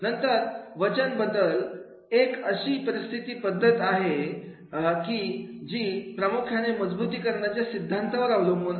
नंतर वचन बदल एक अशी प्रशिक्षणाची पद्धत आहे की जी प्रामुख्याने मजबुतीकरणाचे सिद्धांतावर अवलंबून आहे